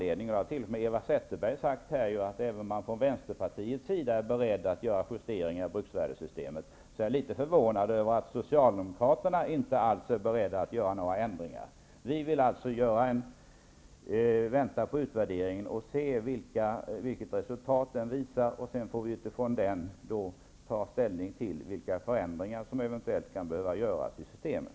Eva Zetterberg har sagt att man även från Vänsterpartiets sida är beredd att göra justeringar i bruksvärdessystemet. Jag är litet förvånad över att Socialdemokraterna inte alls är beredda att göra några ändringar. Vi vill vänta på utvärderingen och se vilket resultat den visar. Sedan får vi utifrån det ta ställning till vilka förändringar som eventuellt kan behöva göras i systemet.